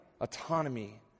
autonomy